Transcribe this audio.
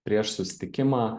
prieš susitikimą